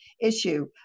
issue